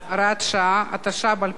התשע"ב 2012,